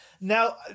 now